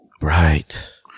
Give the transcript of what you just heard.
Right